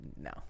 No